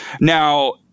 now